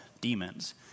demons